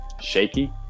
shaky